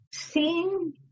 seeing